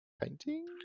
Painting